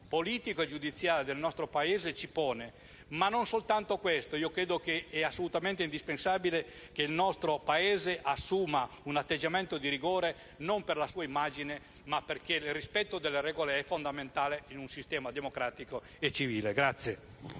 politica e giudiziaria del nostro Paese pone, ma non soltanto questo. Credo sia assolutamente indispensabile che il nostro Paese assuma un atteggiamento di rigore non per la sua immagine, ma perché il rispetto delle regole è fondamentale in un sistema democratico e civile. Non